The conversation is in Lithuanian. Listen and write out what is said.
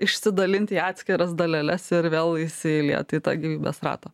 išsidalinti į atskiras daleles ir vėl įsiliet į tą gyvybės ratą